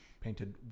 painted